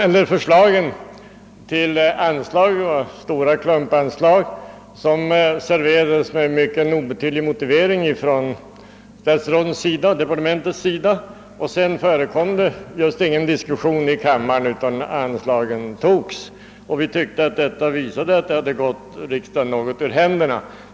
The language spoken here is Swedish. Anslagsförslagen gällde stora klumpposter som serverar des med en mycket obetydlig motivering från departementets sida. Sedan förekom just ingen diskussion i kammaren utan anslagen beviljades snabbt. Vi tyckte att detta visade att saken gått riksdagen ur händerna.